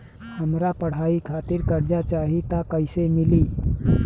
हमरा पढ़ाई खातिर कर्जा चाही त कैसे मिली?